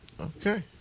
Okay